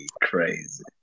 crazy